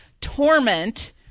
torment